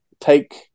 take